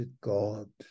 god